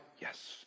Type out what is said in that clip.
Yes